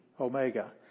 Omega